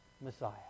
Messiah